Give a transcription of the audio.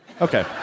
Okay